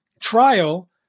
trial